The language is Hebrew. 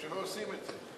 רק שלא עושים את זה.